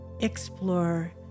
explore